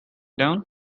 down